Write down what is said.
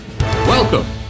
Welcome